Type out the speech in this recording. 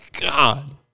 God